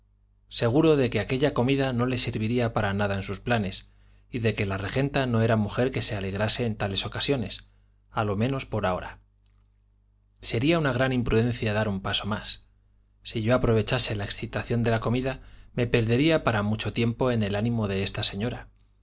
seguro de que aquella comida no le serviría para nada en sus planes y de que la regenta no era mujer que se alegrase en tales ocasiones a lo menos por ahora sería una gran imprudencia dar un paso más si yo aprovechase la excitación de la comida me perdería para mucho tiempo en el ánimo de esta señora